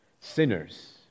Sinners